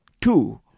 two